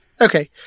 Okay